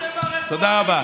תודה רבה.